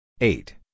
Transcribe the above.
eight